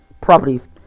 properties